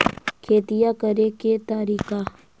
खेतिया करेके के तारिका?